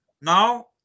now